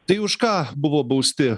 tai už ką buvo bausti